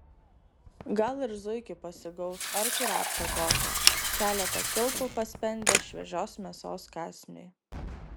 gal ir zuikį pasigaus ar kurapką kokią keletą kilpų paspendęs šviežios mėsos kąsniui